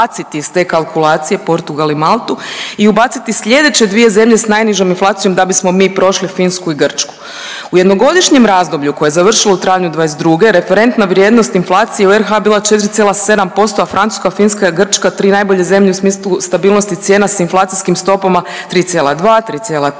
izbaciti iz te kalkulacije Portugal i Maltu i ubaciti sljedeće dvije zemlje s najnižom inflacijom da bismo mi prošli Finsku i Grčku. U jednogodišnjem razdoblju koje je završilo u trajanju '22. referentna vrijednost inflacije u RH bila je 4,7%, a Francuska, Finska, Grčka tri najbolje zemlje u smislu stabilnosti cijena s inflacijskim stopama 3,2, 3,3,